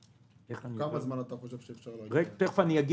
תוך כמה זמן אתה חושב שאפשר להגיע לזה?